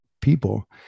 people